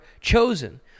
chosen